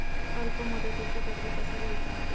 अल्प मुदतीचा कर्ज कसा घ्यायचा?